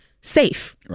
safe